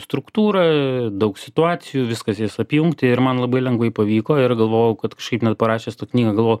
struktūra daug situacijų viskas jas apjungti ir man labai lengvai pavyko ir galvojau kad kažkaip net parašęs knygą galvojau